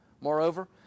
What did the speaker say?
Moreover